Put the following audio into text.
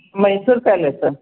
Mysuru palace